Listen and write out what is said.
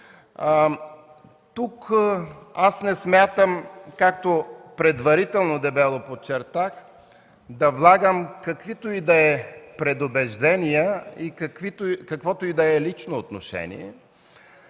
Асенов. Не смятам, както предварително дебело подчертах, да влагам каквито и да е предубеждения и каквото и да е лично отношение.